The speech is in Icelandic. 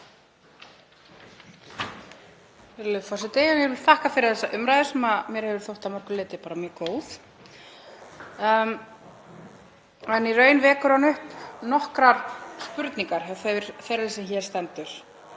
Ég vil þakka fyrir þessa umræðu sem mér hefur þótt að mörgu leyti mjög góð. Í raun vekur hún upp nokkrar spurningar hjá þeirri sem hér stendur.